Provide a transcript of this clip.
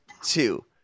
two